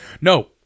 No